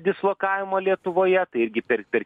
dislokavimo lietuvoje tai irgi per per